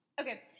Okay